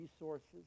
resources